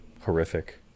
horrific